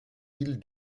îles